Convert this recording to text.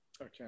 Okay